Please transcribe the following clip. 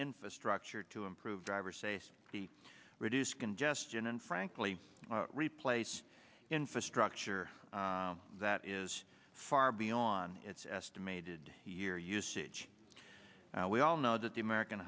infrastructure to improve driver safety reduce congestion and frankly replace infrastructure that is far beyond its estimated year usage we all know that the american